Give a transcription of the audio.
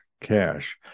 cash